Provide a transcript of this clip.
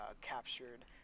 captured